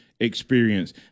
experience